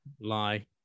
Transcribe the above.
lie